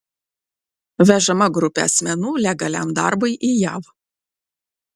vežama grupė asmenų legaliam darbui į jav